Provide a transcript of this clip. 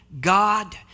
God